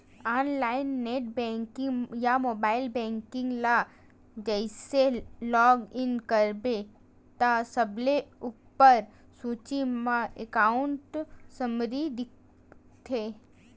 online net banking या mobile banking ल जइसे लॉग इन करबे त सबले उप्पर सूची म एकांउट समरी दिखथे